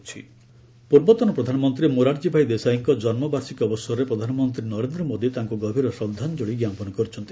PM Morarji ପୂର୍ବତନ ପ୍ରଧାନମନ୍ତ୍ରୀ ମୋରାରଜୀ ଭାଇ ଦେଶାଇଙ୍କ ଜନ୍ମବାର୍ଷିକୀ ଅବସରରେ ପ୍ରଧାନମନ୍ତ୍ରୀ ନରେନ୍ଦ୍ର ମୋଦୀ ତାଙ୍କୁ ଗଭୀର ଶ୍ରଦ୍ଧାଞ୍ଚଳି ଜ୍ଞାପନ କରିଛନ୍ତି